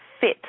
fit